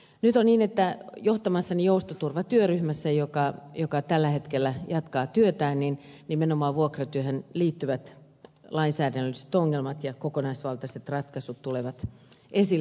nyt on niin että johtamassani joustoturvatyöryhmässä joka tällä hetkellä jatkaa työtään nimenomaan vuokratyöhön liittyvät lainsäädännölliset ongelmat ja kokonaisvaltaiset ratkaisut tulevat esille